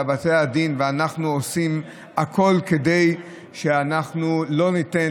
בתי הדין ואנחנו עושים הכול כדי שאנחנו לא ניתן